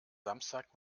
samstag